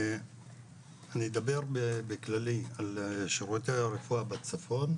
אני אדבר בכללי על שרותי הרפואה בצפון,